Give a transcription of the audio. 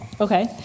Okay